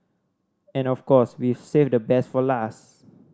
and of course we've saved the best for last